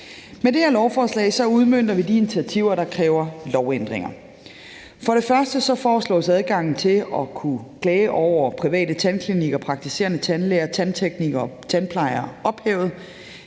Med det her lovforslag udmønter vi de initiativer, der kræver lovændringer. For det første foreslås det, at adgangen til at kunne klage over private tandklinikker og praktiserende tandlæger, tandteknikere og tandplejere ophæves.